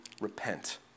repent